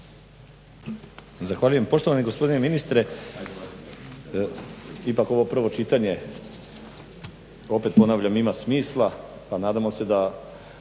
Zahvaljujem. Poštovani gospodine ministre ipak ovo prvo čitanje opet ponavljam ima smisla pa nadamo se da